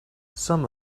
some